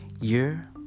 year